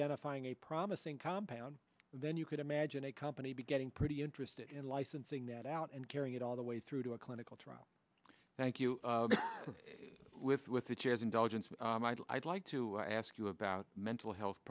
identifying a promising compound then you could imagine a company be getting pretty interested in licensing that out and carrying it all the way through to a clinical trial thank you with with the chairs indulgence i'd like to ask you about mental health